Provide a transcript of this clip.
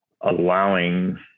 allowing